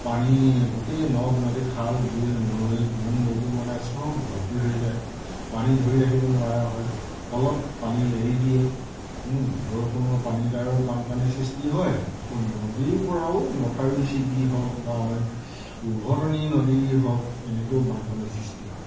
পানী গোটেই নদ নদী খাল বিল নৈ ডুং এইবোৰ মানে সব ভৰ্তি হৈ যায় পানী ধৰি ৰাখিব নোৱাৰা হয় ফলত পানী এৰি দিয়ে বৰষুণৰ পানীৰ দ্বাৰাও বানপানীৰ সৃষ্টি হয় আকৌ নদীৰ পৰাও মথাউৰি ছিগি হওক বা অইন উভতনী নদীয়ে হওক এনেকৈও বানপানীৰ সৃষ্টি হয়